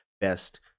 best